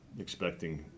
expecting